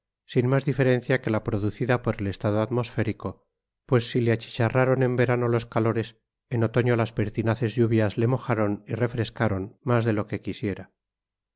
sin más diferencia que la producida por el estado atmosférico pues si le achicharraron en verano los calores en otoño las pertinaces lluvias le mojaron y refrescaron más de lo que quisiera